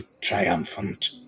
triumphant